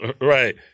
Right